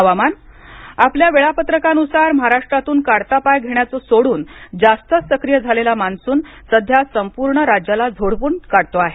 हवामान आपल्या वेळापत्रकानुसार महाराष्ट्रातून काढता पाय घेण्याचं सोडून जास्तच सक्रीय झालेला मान्सून सध्या संपूर्ण राज्याला झोडपून काढतो आहे